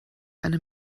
eine